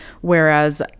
Whereas